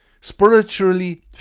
spiritually